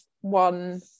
one